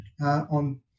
on